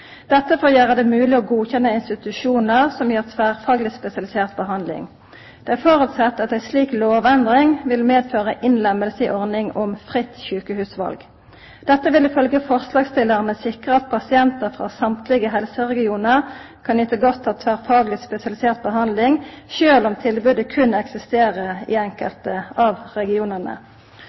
dette for å gjera det mogleg å godkjenna institusjonar som gir tverrfagleg spesialisert behandling. Dei føreset at ei slik lovendring vil medføra innlemming i ordninga med fritt sjukehusval. Dette vil ifølgje forslagsstillarane sikra at pasientar frå alle helseregionar kan nyta godt av tverrfagleg spesialisert behandling, sjølv om tilbodet berre eksisterer i enkelte av regionane.